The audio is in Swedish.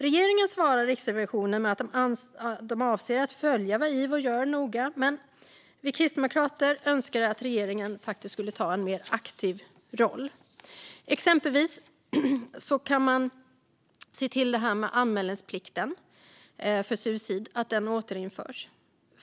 Regeringen svarar Riksrevisionen med att de avser att noga följa vad Ivo gör. Men vi kristdemokrater önskar att regeringen skulle ta en mer aktiv roll. Exempelvis kan man se till att anmälningsplikten vid suicid återinförs.